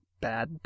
bad